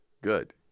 Good